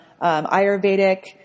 Ayurvedic